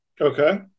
Okay